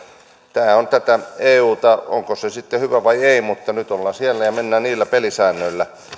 tämä on tätä euta on se sitten hyvä tai ei mutta nyt ollaan siellä ja mennään niillä pelisäännöillä